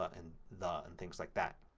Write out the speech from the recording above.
ah and the and things like that.